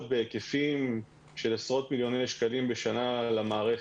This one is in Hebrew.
בהיקפים של עשרות מיליוני שקלים בשנה למערכת.